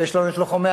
ויש לנו לוחמי-הגטאות